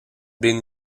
been